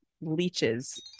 Leeches